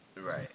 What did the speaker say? Right